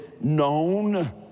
known